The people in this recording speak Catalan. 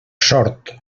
sort